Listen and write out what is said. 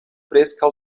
preskaŭ